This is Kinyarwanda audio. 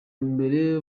mbere